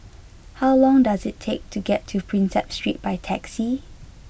how long does it take to get to Prinsep Street by taxi